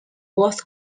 both